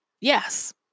Yes